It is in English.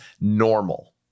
normal